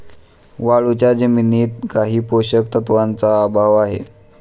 वाळूच्या जमिनीत काही पोषक तत्वांचा अभाव आहे